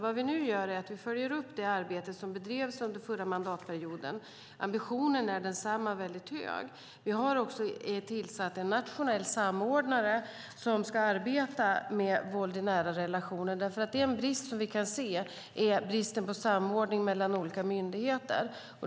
Vad vi nu gör är att följa upp det arbete som bedrevs under den förra mandatperioden. Ambitionen är densamma, alltså väldigt hög. Vi har också tillsatt en nationell samordnare som ska arbeta med våld i nära relationer. En brist vi kan se är nämligen bristen på samordning mellan olika myndigheter.